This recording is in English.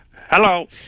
Hello